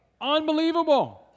Unbelievable